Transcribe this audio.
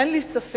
אין לי ספק